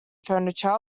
furniture